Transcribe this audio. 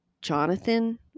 Jonathan